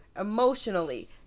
emotionally